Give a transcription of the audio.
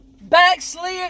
backslid